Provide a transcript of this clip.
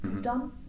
done